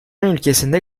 ülkesinde